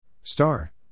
Star